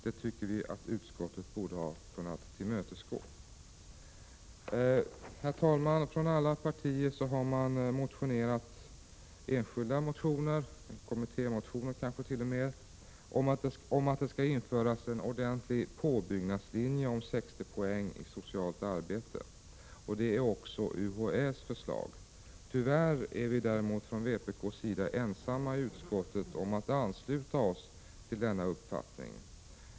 Det, tycker vi, borde utskottet ha kunnat tillmötesgå. Herr talman! Alla partier har i enskilda motioner och kanske t.o.m. i kommittémotioner föreslagit att det skall införas en ordentlig påbyggnadslinje om 60 poäng i socialt arbete. Det är också UHÄ:s förslag. Tyvärr är vi i vpk ensamma i utskottet om syy ansluta oss till denna uppfattning.